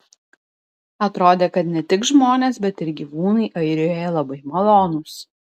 atrodė kad ne tik žmonės bet ir gyvūnai airijoje labai malonūs